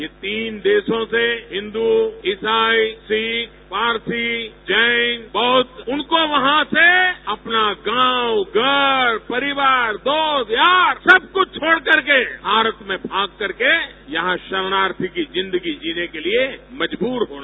ये तीन देशों से हिन्द्र इसाई शिख पारसी जैन बौद्ध उनको वहां से अपना गांव घर परिवार दोस्त यार सब कुछ छोड़ करके भारत में भाग करके यहां शरणार्थी की जिंदगी जिने के लिये मजबूर होना